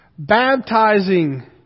baptizing